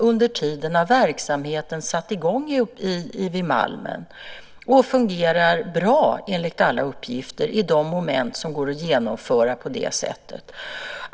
Under tiden har verksamheten satt i gång vid Malmen och fungerar bra enligt alla uppgifter i de moment som går att genomföra på det sättet.